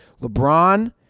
LeBron